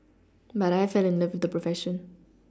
but I fell in love with the profession